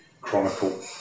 Chronicle